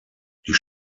die